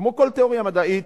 כמו כל תיאוריה מדעית,